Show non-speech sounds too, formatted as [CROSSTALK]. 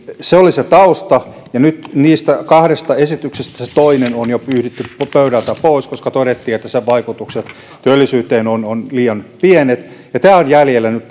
se oli se tausta ja nyt niistä kahdesta esityksestä toinen on jo pyyhitty pöydältä pois koska todettiin että sen vaikutukset työllisyyteen ovat liian pienet ja tämä irtisanomisen helpottaminen on nyt [UNINTELLIGIBLE]